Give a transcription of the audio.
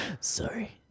Sorry